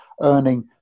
earning